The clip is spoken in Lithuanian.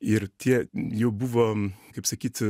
ir tie jau buvom kaip sakyt